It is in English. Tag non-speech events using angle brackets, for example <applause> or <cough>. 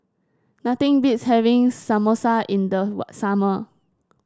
nothing beats having Samosa in the <unintelligible> summer